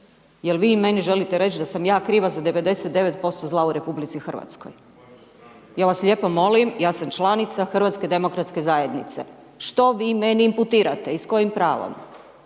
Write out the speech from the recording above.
Jel vi meni želite reći, da sam ja kriva za 99% zla u RH? Ja vas lijepo molim, ja sam članica HDZ-a, što vi meni imputirate i s kojim pravom?